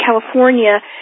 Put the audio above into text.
California